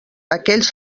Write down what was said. aquells